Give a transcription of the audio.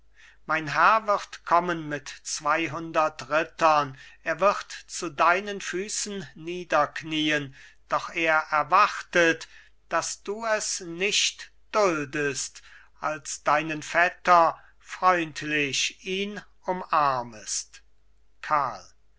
mein herr wird kommen mit zweihundert rittern er wird zu deinen füßen niederknien doch er erwartet daß du es nicht duldest als deinen vetter freundlich ihn umarmest karl